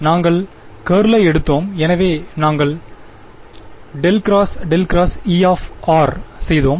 நாங்கள் கர்ளை எடுத்தோம் எனவே நாங்கள் ∇×∇×Eசெய்தோம்